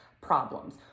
problems